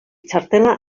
txartela